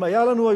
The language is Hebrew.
צודק.